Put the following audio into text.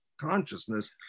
consciousness